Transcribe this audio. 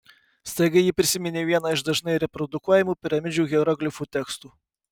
staiga ji prisiminė vieną iš dažnai reprodukuojamų piramidžių hieroglifų tekstų